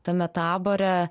tame tabore